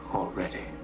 already